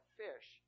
fish